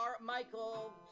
Michael